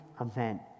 event